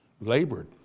labored